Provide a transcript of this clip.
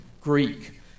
Greek